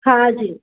हा जी